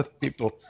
people